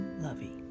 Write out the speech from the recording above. lovey